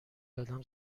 دادم